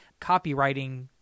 copywriting